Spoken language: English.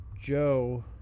Joe